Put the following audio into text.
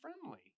friendly